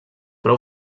prou